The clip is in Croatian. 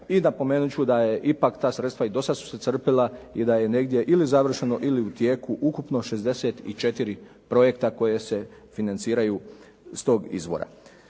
I napomenut ću da je ipak ta sredstva i do sada su se crpila i da je negdje ili završeno ili u tijeku ukupno 64 projekta koji se financiraju iz tog izvora.